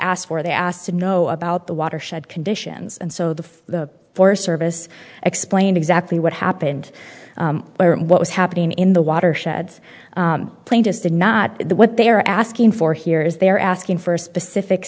asked for they asked to know about the watershed conditions and so the the forest service explained exactly what happened what was happening in the watershed plaintiffs did not what they are asking for here is they're asking for a specific